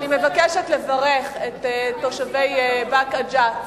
אני מבקשת לברך את תושבי באקה ג'ת,